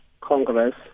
Congress